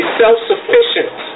self-sufficient